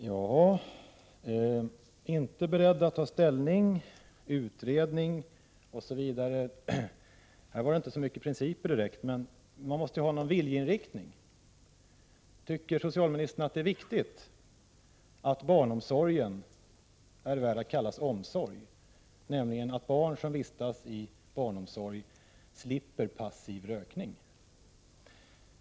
Herr talman! Socialministern säger att hon inte är beredd att ta ställning till detta och att en utredning har tillsatts, osv. Här handlar det inte så mycket om principer precis, men socialministern måste ju ha någon viljeinriktning. Tycker socialministern att det är viktigt att barnomsorgen är värd att kallas 67 omsorg, dvs. att barn som vistas i barnomsorg slipper passiv rökning?